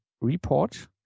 report